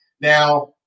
Now